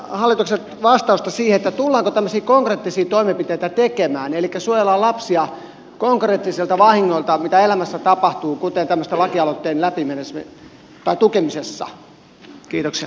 pyydän hallitukselta vastausta siihen tullaanko tämmöisiä konkreettisia toimenpiteitä tekemään elikkä suojelemaan lapsia konkreettisilta vahingoilta mitä elämässä tapahtuu kuten tukemalla tämmöistä lakialoitetta